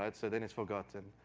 ah so then it's forgotten,